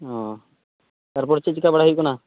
ᱚᱸᱻ ᱛᱟᱨᱯᱚᱨ ᱪᱮᱫ ᱪᱮᱠᱟ ᱵᱟᱲᱟᱭ ᱦᱩᱭᱩᱜ ᱠᱟᱱᱟ